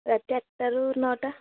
ରାତି ଆଠଟାରୁ ନଅଟା